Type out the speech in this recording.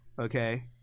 Okay